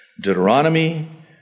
Deuteronomy